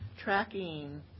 tracking